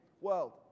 world